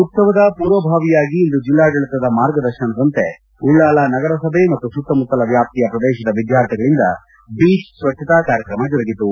ಉತ್ಸವದ ಪೂರ್ವಭಾವಿಯಾಗಿ ಇಂದು ಜಿಲ್ಲಾಡಳಿತದ ಮಾರ್ಗದರ್ಶನದಂತೆ ಉಳ್ಳಾಲ ನಗರಸಭೆ ಮತ್ತು ಸುತ್ತಮುತ್ತಲ ವ್ಯಾಪ್ತಿಯ ಪ್ರದೇಶದ ವಿದ್ಯಾರ್ಥಿಗಳಿಂದ ಬೀಚ್ ಸ್ವಜ್ಞತಾ ಕಾರ್ಯಕ್ರಮ ಜರುಗಿತು